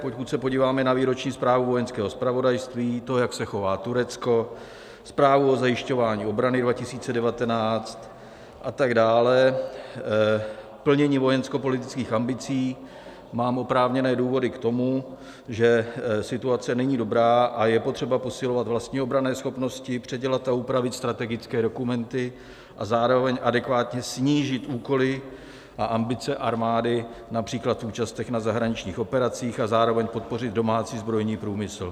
Pokud se podíváme na výroční zprávu Vojenského zpravodajství, jak se chová Turecko, zprávu o zajišťování obrany 2019 a tak dále, plnění vojenskopolitických ambicí, tak mám oprávněné důvody k tomu, že situace není dobrá, a je potřeba posilovat vlastní obranné schopnosti, předělat a upravit strategické dokumenty a zároveň adekvátně snížit úkoly a ambice armády například v účastech na zahraničních operacích a zároveň podpořit domácí zbrojní průmysl.